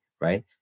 right